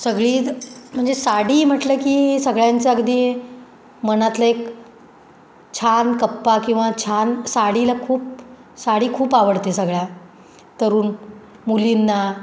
सगळी म्हणजे साडी म्हटलं की सगळ्यांचं अगदी मनातला एक छान कप्पा किंवा छान साडीला खूप साडी खूप आवडते सगळ्या तरुण मुलींना